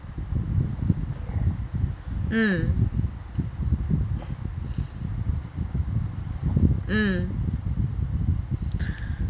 mmhmm